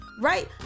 Right